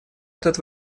этот